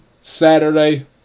Saturday